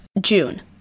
June